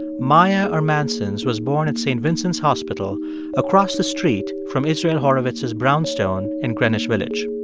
maia ermansons was born at st. vincent's hospital across the street from israel horovitz's brownstone in greenwich village.